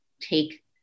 take